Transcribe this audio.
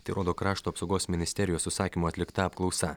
tai rodo krašto apsaugos ministerijos užsakymu atlikta apklausa